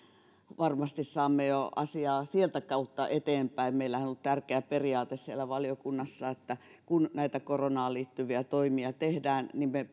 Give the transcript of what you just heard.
varmasti saamme jo asiaa sieltä kautta eteenpäin meillähän on ollut tärkeä periaate siellä valiokunnassa että kun näitä koronaan liittyviä toimia tehdään niin me